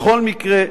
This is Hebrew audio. בכל מקרה,